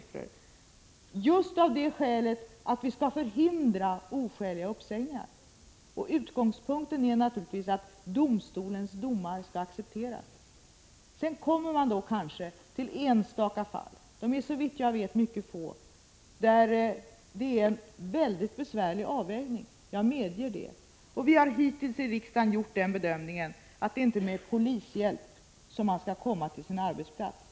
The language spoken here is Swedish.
Nivån har valts just av det skälet att vi skall förhindra oskäliga uppsägningar. Utgångspunkten är naturligtvis att domstolens domar skall accepteras. Men det finns enstaka fall, de är såvitt jag vet mycket få, där det blir en verkligt besvärlig avvägning, jag medger det. Men vi har hittills i riksdagen gjort den bedömningen att det inte är med polishjälp som man skall komma till sin arbetsplats.